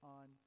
on